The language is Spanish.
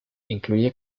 incluye